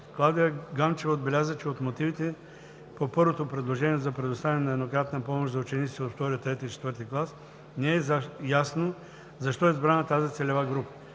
Клавдия Ганчева отбеляза, че от мотивите по първото предложение за предоставяне на еднократна помощ за учениците от II, III и IV клас, не е ясно защо е избрана тази целева група.